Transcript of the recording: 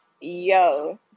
Yo